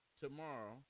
tomorrow